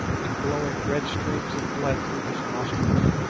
and blowing red streams of blood through his nostrils.